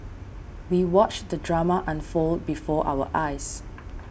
we watched the drama unfold before our eyes